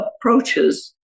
approaches